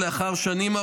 הממשלה.